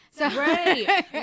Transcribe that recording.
Right